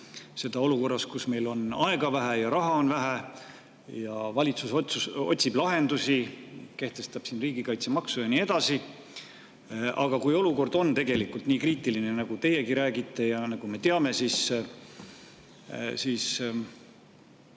seda olukorras, kus meil on aega vähe ja raha on vähe ja valitsus otsib lahendusi, kehtestab riigikaitsemaksu ja nii edasi. Aga kui olukord on tegelikult nii kriitiline, nagu teiegi räägite ja nagu me teame, siis kas